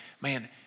man